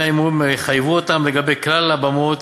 ההימורים ויחייבו אותם לגבי כלל הבמות